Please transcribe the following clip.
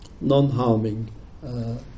non-harming